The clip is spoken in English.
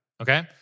Okay